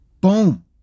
Boom